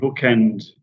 bookend